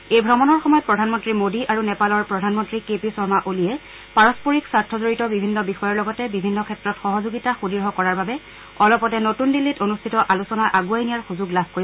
এই ভ্ৰমণৰ সময়ত প্ৰধানমন্ত্ৰী মোডী আৰু নেপালৰ প্ৰধানমন্ত্ৰী কেপি শৰ্মা অলীয়ে পাৰস্পৰিক স্বাৰ্থজড়িত বিভিন্ন বিষয়ৰ লগতে বিভিন্ন ক্ষেত্ৰত সহযোগিতা সুদৃঢ় কৰাৰ বাবে অলপতে নতুন দিল্লীত অনুষ্ঠিত আলোচনা আণ্ডৱাই নিয়াৰ সুযোগ লাভ কৰিব